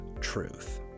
truth